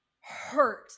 hurt